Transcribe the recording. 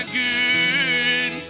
good